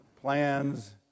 plans